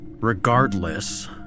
Regardless